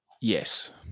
Yes